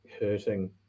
hurting